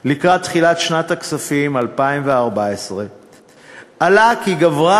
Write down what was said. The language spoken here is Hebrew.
לקראת תחילת שנת הכספים 2014 עלה כי גברה